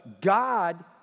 God